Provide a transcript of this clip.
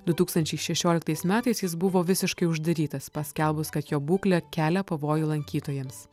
du tūkstančiai šešioliktais metais jis buvo visiškai uždarytas paskelbus kad jo būklė kelia pavojų lankytojams